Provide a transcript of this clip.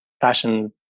fashion